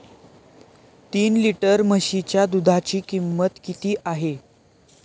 तीन लिटर म्हशीच्या दुधाची किंमत किती आहे?